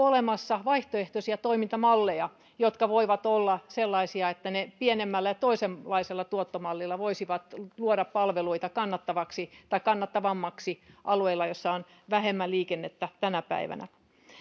olemassa vaihtoehtoisia toimintamalleja jotka voisivat olla sellaisia että ne pienemmällä ja toisenlaisella tuottomallilla voisivat luoda palveluita kannattavammiksi alueilla joilla on vähemmän liikennettä tänä päivänä